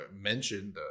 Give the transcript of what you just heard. mentioned